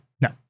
No